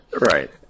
Right